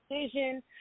decision